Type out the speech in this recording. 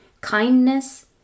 kindness